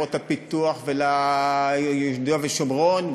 ולעיירות הפיתוח וליהודה ושומרון,